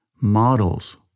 models